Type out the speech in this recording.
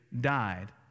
died